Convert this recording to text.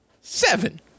Seven